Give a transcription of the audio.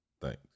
Thanks